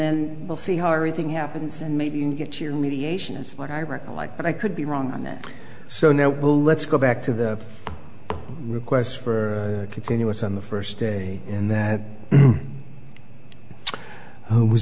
then we'll see how everything happens and maybe you can get your mediation is what i recall like but i could be wrong on that so now let's go back to the requests for continuous on the first day in that who was